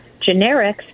generics